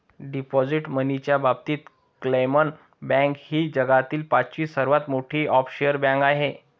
deposit मनीच्या बाबतीत क्लामन बँक ही जगातील पाचवी सर्वात मोठी ऑफशोअर बँक आहे